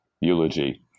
eulogy